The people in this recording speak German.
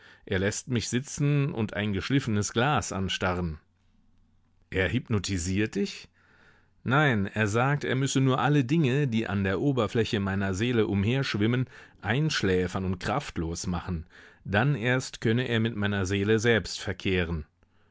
er läßt mich sitzen und ein geschliffenes glas anstarren er hypnotisiert dich nein er sagt er müsse nur alle dinge die an der oberfläche meiner seele umherschwimmen einschläfern und kraftlos machen dann erst könne er mit meiner seele selbst verkehren